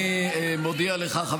אני מודיע לך,